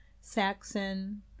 saxon